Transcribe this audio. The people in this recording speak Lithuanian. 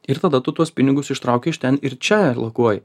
ir tada tu tuos pinigus ištrauki iš ten ir čia lakuoji